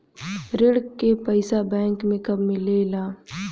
ऋण के पइसा बैंक मे कब मिले ला?